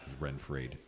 Renfried